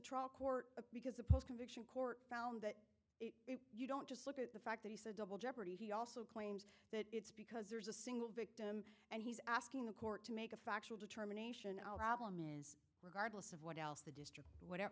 trial court because a post conviction court found that you don't just look at the fact that he said double jeopardy he also claims that it's because there's a single victim and he's asking the court to make a factual determination problem is regardless of what else the district whatever